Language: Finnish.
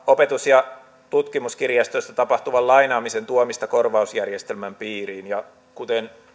opetus ja tutkimuskirjastoista tapahtuvan lainaamisen tuomista korvausjärjestelmän piiriin kuten